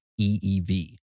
EEV